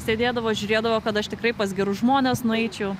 sėdėdavo žiūrėdavo kad aš tikrai pas gerus žmones nueičiau